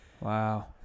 Wow